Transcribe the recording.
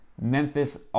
Memphis